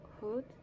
hood